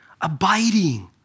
Abiding